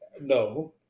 no